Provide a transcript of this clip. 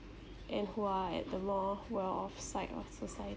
and who are at the more well off side of society